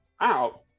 out